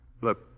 Look